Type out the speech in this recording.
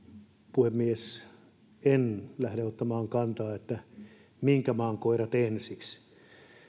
puhemies en lähde ottamaan kantaa minkä maan koirat ensiksi